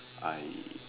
I